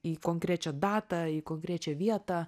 į konkrečią datą į konkrečią vietą